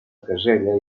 casella